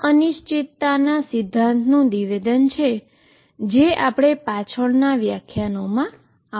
આ અન્સર્ટેનીટીના સિદ્ધાંતનું નિવેદન છે જે પાછળના વ્યાખ્યાનોમાં પાછા આવશે